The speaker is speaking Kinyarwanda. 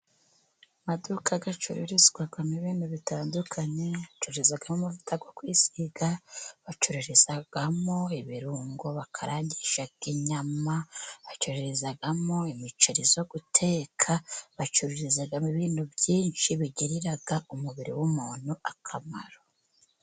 Amaduka acururirizwamo ibintu bitandukanye, bacururizamo: amavuta yo kwisiga ,bacururizamo ibirungo bakarangisha inyama ,bacururizamo imiceri yo guteka ,bacururizamo ibintu byinshi bigirira umubiri w'umuntu akamaro.